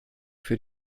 für